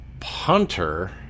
punter